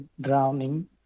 drowning